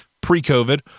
pre-COVID